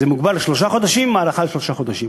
זה מוגבל לשלושה חודשים עם הארכה לשלושה חודשים.